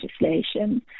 legislation